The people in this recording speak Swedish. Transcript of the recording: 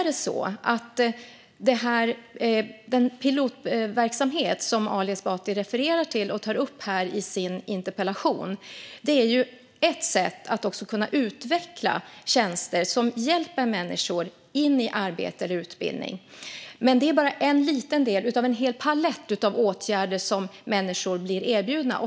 Den pilotverksamhet som Ali Esbati refererar till i sin interpellation är ett sätt att kunna utveckla tjänster som hjälper människor in i arbete eller utbildning. Men det är bara en liten del av en hel palett av åtgärder som människor blir erbjudna.